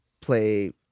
play